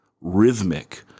rhythmic